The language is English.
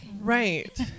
Right